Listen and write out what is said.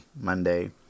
Monday